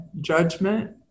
judgment